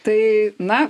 tai na